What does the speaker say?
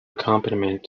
accompaniment